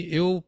eu